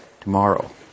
tomorrow